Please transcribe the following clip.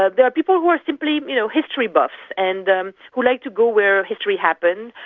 ah there are people who are simply you know history buffs, and um who like to go where history happened,